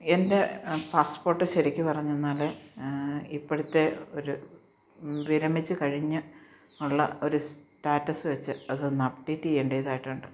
എന്റെ പാസ്പ്പോട്ട് ശരിക്ക് പറഞ്ഞെന്നാല് ഇപ്പോഴത്തെ ഒരു വിരമിച്ച് കഴിഞ്ഞുള്ള ഒരു സ്റ്റാറ്റസ്സ് വച്ച് അതൊന്നപ്ഡേറ്റേയ്യേണ്ടതായിട്ടുണ്ട്